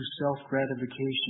self-gratification